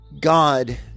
God